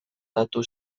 datu